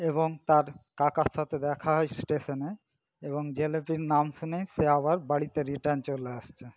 এবং তার কাকার সাথে দেখা হয় স্টেশনে এবং জিলিপির নাম শুনেই সে আবার বাড়িতে রিটার্ন চলে আসছে